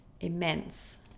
immense